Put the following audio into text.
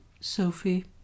sophie